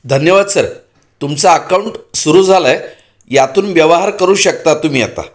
धन्यवाद सर तुमचं अकाऊंट सुरू झालं आहे यातून व्यवहार करू शकता तुम्ही आता